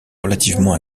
relativement